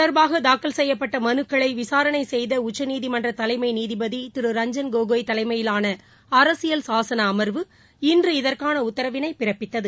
தொடர்பாகதாக்கல் செய்யப்பட்டமனுக்களைவிசாரணைசெய்தஉச்சநீதிமன்றதலைமைநீதிபதிதிரு இது ரஞ்ஜன் கோகோய் தலைமையிலானஅரசியல் சாகனஅம்வு இன்று இதற்கானஉத்தரவினைபிறப்பித்தது